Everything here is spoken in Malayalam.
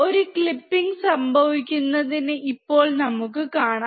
ഒരു ക്ലിപ്പിംഗ് സംഭവിക്കുന്നത് ഇപ്പോൾ നമുക്ക് കാണാം